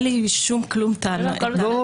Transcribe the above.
אין לי שום טענות --- לא,